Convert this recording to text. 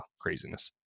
craziness